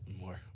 more